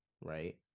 right